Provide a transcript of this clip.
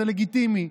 היא לגיטימית,